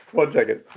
well, check it